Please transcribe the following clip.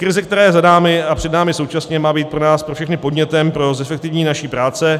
Krize, která je za námi a před námi současně, má být pro nás pro všechny podnětem pro zefektivnění naší práce.